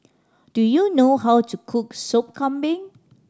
do you know how to cook Sop Kambing